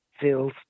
feels